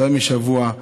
יותר משבוע,